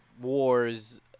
wars